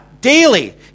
daily